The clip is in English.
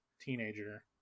teenager